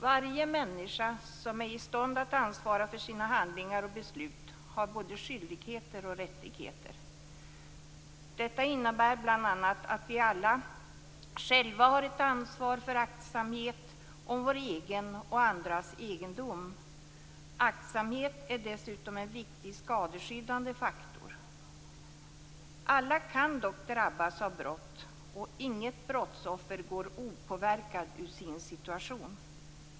Varje människa som är i stånd att ansvara för sina handlingar och beslut har både skyldigheter och rättigheter. Detta innebär bl.a. att vi alla själva har ett ansvar för aktsamhet om vår egen och andras egendom. Aktsamhet är dessutom en viktig skadeskyddande faktor. Alla kan dock drabbas av brott, och inget brottsoffer går opåverkad ur sin situation.